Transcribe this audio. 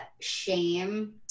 shame